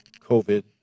COVID